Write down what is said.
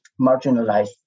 marginalized